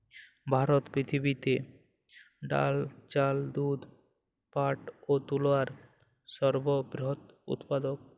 ভারত পৃথিবীতে ডাল, চাল, দুধ, পাট এবং তুলোর সর্ববৃহৎ উৎপাদক